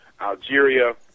Algeria